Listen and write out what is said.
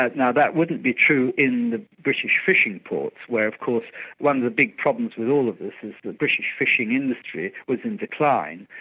ah now that wouldn't be true in the british fishing ports, where of course one of the big problems with all of this is the british fishing industry was in decline.